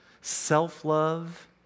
Self-love